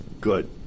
good